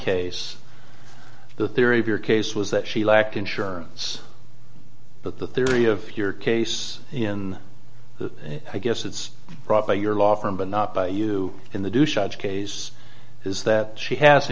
case the theory of your case was that she lacked insurance but the theory of your case in the i guess it's probably your law firm but not by you in the do shut case is that she has